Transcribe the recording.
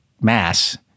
mass